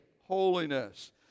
holiness